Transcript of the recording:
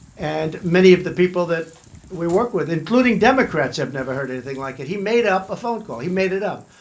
and many of the people that we work with, including democrats, have never heard anything like it. he made up a phone call. he made it up.